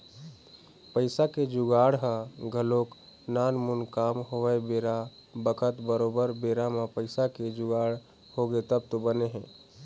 पइसा के जुगाड़ ह घलोक नानमुन काम नोहय बेरा बखत बरोबर बेरा म पइसा के जुगाड़ होगे तब तो बने हे